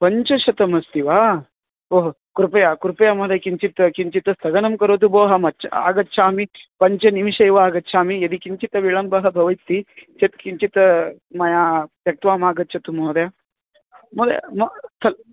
पञ्चशतमस्ति वा ओ कृपया कृपया महोदय किञ्चित् किञ्चित् स्थगनं करोतु भोः अहं च आगच्छामि पञ्चनिमिषे एव आगच्छामि यदि किञ्चित् विलम्बः भवति चेत् किञ्चित् मया त्यक्त्वा आगच्छतु महोदय महोदय म स्